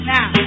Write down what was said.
Now